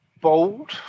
Bold